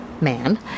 man